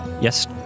Yes